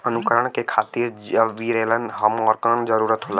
अंकुरण के खातिर जिबरेलिन हार्मोन क जरूरत होला